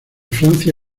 francia